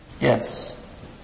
Yes